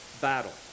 battle